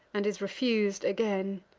and is refus'd again.